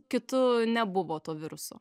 kitu nebuvo to viruso